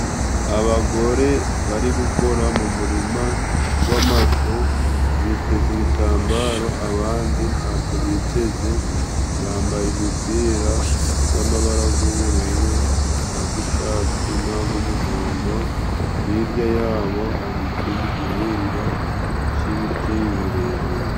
Abagore bari gukora mu murima w'amashu biteze ibitambaro, abandi ntabyo biteze, bambaye imipira y'amabara y'ubururu n'ay'icyatsi n'ay'umuhondo, hirya yabo hari ikindi gihingwa cy'ibiti birebire.